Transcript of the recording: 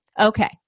Okay